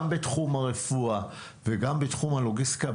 גם בתחום הרפואה וגם בתחום הלוגיסטיקה,